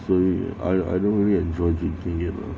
sorry I I don't really enjoy drinking you know